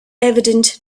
evident